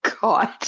God